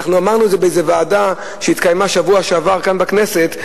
אמרנו באיזו ועדה שהתקיימה בשבוע שעבר בכנסת,